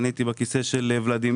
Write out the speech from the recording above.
אני ישבתי בכיסא של ולדימיר,